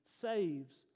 saves